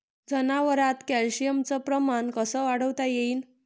जनावरात कॅल्शियमचं प्रमान कस वाढवता येईन?